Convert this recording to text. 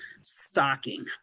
stocking